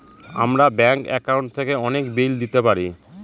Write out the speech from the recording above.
আমরা bank account থেকে অনেক বিল দিতে পারি